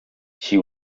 she